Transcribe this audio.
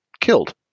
killed